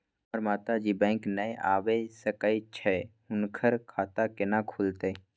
हमर माता जी बैंक नय ऐब सकै छै हुनकर खाता केना खूलतै?